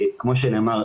כמו שנאמר,